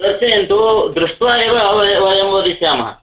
दर्शयन्तु दृष्ट्वा एव वयं वयं वदिष्यामः